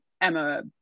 Emma